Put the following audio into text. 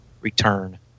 return